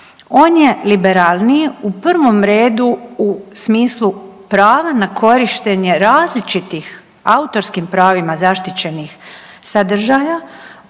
On je liberalniji u prvom redu u smislu prava na korištenje različitih autorskim pravima zaštićenih sadržaja